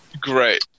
Great